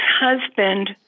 husband